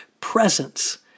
presence